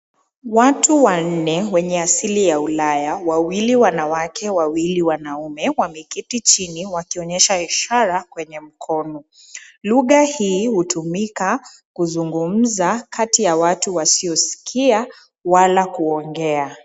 Watu wanne wenye asili ya ulaya wawili wanawake wawili wanaume wameketi jini wakionyesha ishara kwenye mkono. Lugha hii hutumika kuzungumza kati ya watu wasiosikia wala kuongea.